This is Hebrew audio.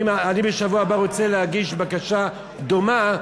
אני בשבוע הבא רוצה להגיש בקשה דומה,